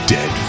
Dead